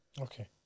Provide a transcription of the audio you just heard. Okay